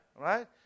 right